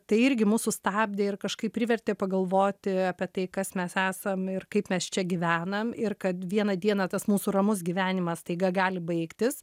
tai irgi mus sustabdė ir kažkaip privertė pagalvoti apie tai kas mes esam ir kaip mes čia gyvenam ir kad vieną dieną tas mūsų ramus gyvenimas staiga gali baigtis